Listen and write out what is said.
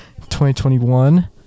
2021